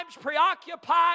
preoccupied